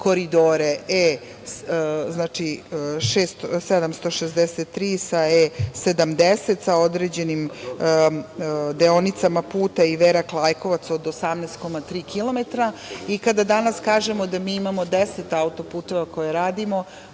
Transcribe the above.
koridore E763 sa E70, sa određenim deonicama puta, Iverak – Lajkovac od 18,3 kilometra, i kada danas kažemo da mi imamo 10 auto-puteva koje radimo,